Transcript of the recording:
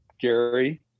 Gary